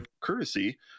courtesy